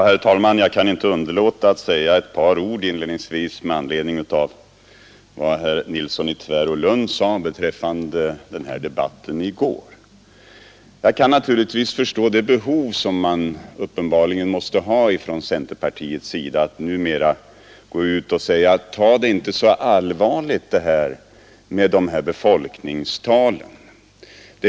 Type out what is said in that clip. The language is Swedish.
Herr talman! Jag kan inte underlåta att inledningsvis säga ett par ord med anledning av vad herr Nilsson i Tvärålund yttrade om debatten i går. 8lesbebyggelse Jag kan naturligtvis förstå det behov som man inom centerpartiet nu måste ha av att gå ut och säga: Ta inte det här med befolkningstalen så allvarligt!